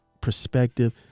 perspective